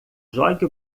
jogue